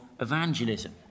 evangelism